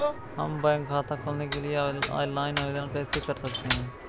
हम बैंक खाता खोलने के लिए ऑनलाइन आवेदन कैसे कर सकते हैं?